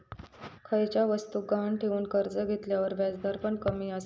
खयच्या वस्तुक गहाण ठेवन कर्ज घेतल्यार व्याजदर पण कमी आसतत